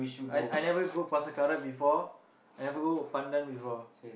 I I never go Pasar-Karat before I never go Pandan before